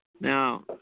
Now